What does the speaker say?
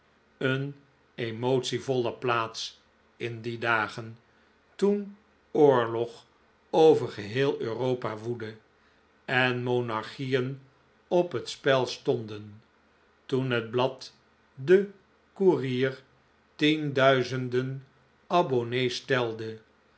een emotievolle plaats in die dagen toen oorlog over geheel europa woedde en monarchieen op het spel stonden toen het blad de courier tienduizenden abonnees telde